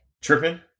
tripping